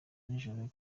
nijoro